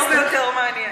נעשה יותר ויותר מעניין.